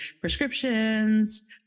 prescriptions